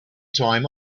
time